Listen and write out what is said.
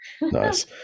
Nice